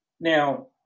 Now